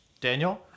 Daniel